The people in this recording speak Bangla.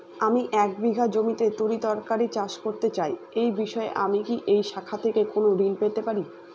আমি এক বিঘা জমিতে তরিতরকারি চাষ করতে চাই এই বিষয়ে আমি কি এই শাখা থেকে কোন ঋণ পেতে পারি?